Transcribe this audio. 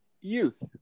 youth